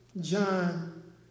John